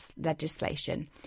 legislation